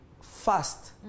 fast